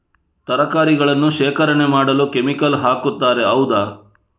ತರಕಾರಿಗಳನ್ನು ಶೇಖರಣೆ ಮಾಡಲು ಕೆಮಿಕಲ್ ಹಾಕುತಾರೆ ಹೌದ?